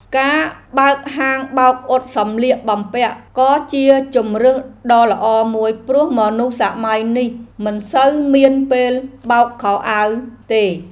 ការបើកហាងបោកអ៊ុតសម្លៀកបំពាក់ក៏ជាជម្រើសដ៏ល្អមួយព្រោះមនុស្សសម័យនេះមិនសូវមានពេលបោកខោអាវទេ។